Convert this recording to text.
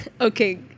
Okay